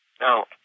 Now